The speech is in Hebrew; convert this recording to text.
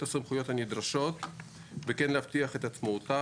הסמכויות הנדרשות וכן להבטיח את עצמאותה.